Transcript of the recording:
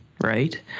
right